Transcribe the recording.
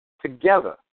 together